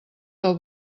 del